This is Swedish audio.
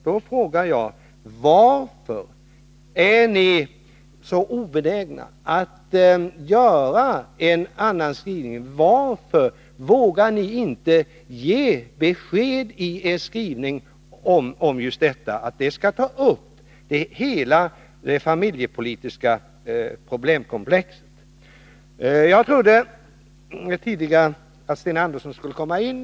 Jag frågar då: Varför är ni så obenägna att åstadkomma en annan skrivning? Varför vågar ni inte i er skrivning ge beskedet att hela det familjepolitiska problemkomplexet skall tas upp? Jag trodde tidigare att Sten Andersson skulle komma hit.